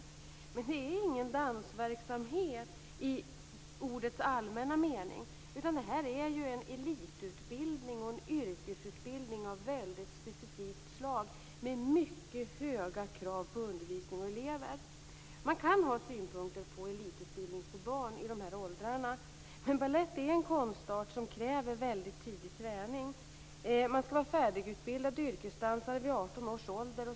Det är ingen dansverksamhet i ordets allmänna mening, utan det är en elitutbildning och yrkesutbildning av väldigt specifikt slag med mycket höga krav på undervisning och elever. Man kan ha synpunkter på elitutbildning för barn i dessa åldrar. Men balett är en konstart som kräver väldigt tidig träning. Eleverna skall vara färdigutbildade yrkesdansare vid 18 års ålder.